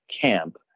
camp